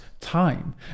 time